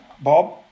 Bob